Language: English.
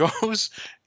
goes